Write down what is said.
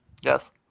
Yes